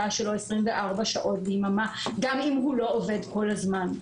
שלו 24 שעות ביממה גם אם הוא לא עובד כל הזמן.